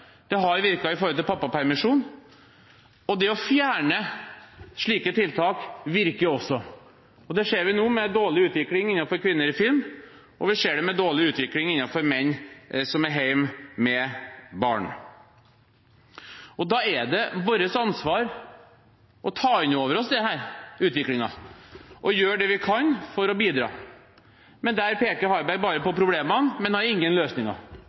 det har virket når det gjelder pappapermisjon – og det å fjerne slike tiltak virker også. Det ser vi nå med en dårlig utvikling for kvinner innenfor film, og vi ser en dårlig utvikling når det gjelder menn som er hjemme med barn. Da er det vårt ansvar å ta inn over oss denne utviklingen og gjøre det vi kan for å bidra. Der peker Harberg bare på problemene, men har ingen løsninger.